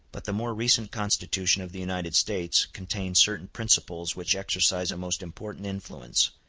but the more recent constitution of the united states contains certain principles which exercise a most important influence,